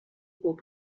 bob